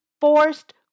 forced